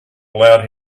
allowed